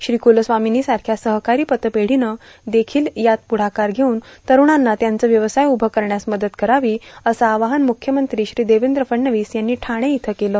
श्री कुलस्वामी सारख्या सहकारी पतपेढीनं देखील यात पुढाकार घेऊन तरूणांना त्यांचे व्यवसाय उभे करण्यास मदत करावी असं आवाहन मुख्यमंत्री श्री देवेंद्र फडणवीस यांनी ठाणे इथं केलं